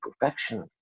perfection